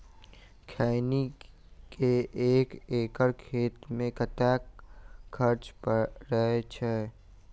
खैनी केँ एक एकड़ खेती मे कतेक खर्च परै छैय?